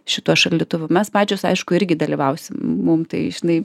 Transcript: šituo šaldytuvu mes pačios aišku irgi dalyvausim mum tai žinai